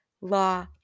law